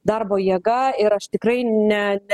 darbo jėga ir aš tikrai ne ne